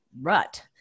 rut